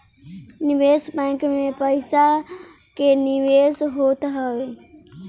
निवेश बैंक में पईसा के निवेश होत हवे